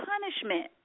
punishment